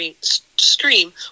stream